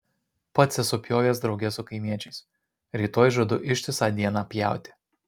pats esu pjovęs drauge su kaimiečiais rytoj žadu ištisą dieną pjauti